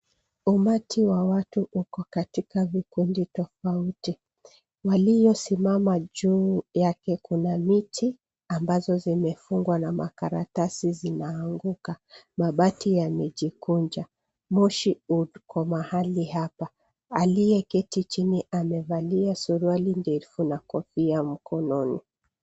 Umati wa watu uko katika vikundi tofauti. Walio simama juu yake kuna miti ambazo zimefungwa na makaratasi zinaanguka . Mabati yamejikunja moshi uko mahali hapa. Aliye keti chini amevalia suruali ndefu na kofia mkononi.